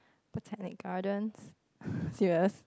Botanic-Gardens serious